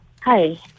Hi